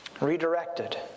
redirected